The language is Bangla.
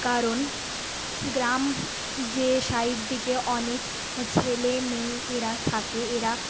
কারণ গ্রাম যে সাইড দিকে অনেক ছেলে মেয়ে এরা থাকে এরা